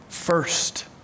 first